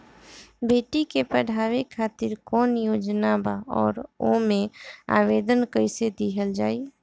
बेटी के पढ़ावें खातिर कौन योजना बा और ओ मे आवेदन कैसे दिहल जायी?